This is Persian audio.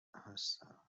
هستم